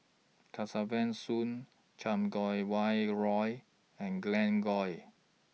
Kesavan Soon Chan Kum Wah Roy and Glen Goei